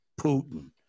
Putin